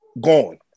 gone